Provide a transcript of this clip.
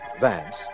Vance